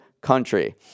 country